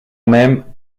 même